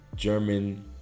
German